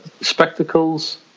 Spectacles